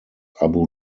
abu